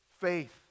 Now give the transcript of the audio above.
faith